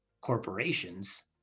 corporations